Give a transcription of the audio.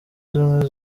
zimwe